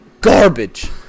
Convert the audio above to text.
garbage